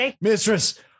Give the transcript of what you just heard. mistress